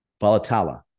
Balatala